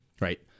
right